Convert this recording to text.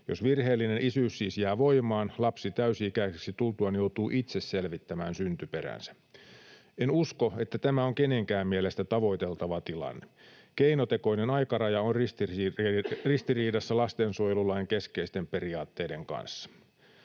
Jos virheellinen isyys siis jää voimaan, lapsi täysi-ikäiseksi tultuaan joutuu itse selvittämään syntyperänsä. En usko, että tämä on kenenkään mielestä tavoiteltava tilanne. Keinotekoinen aikaraja on ristiriidassa lastensuojelulain keskeisten periaatteiden kanssa.